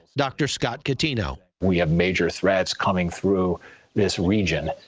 dr. scott catinoment. we have major threats coming through this region,